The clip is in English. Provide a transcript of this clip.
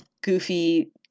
Goofy